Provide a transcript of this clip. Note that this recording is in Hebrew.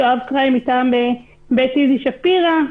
יואב קריים מטעם בית איזי שפירא.